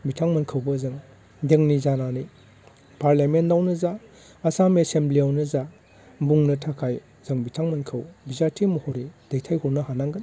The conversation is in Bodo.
बिथांमोनखौबो जों जोंनि जानानै पारलियामेन्टआवनो जा आसाम एसेमब्लियावनो जा बुंनो थाखाय जों बिथांमोनखौ बिजाथि महरै दैथाय हरनो हानांगोन